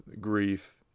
grief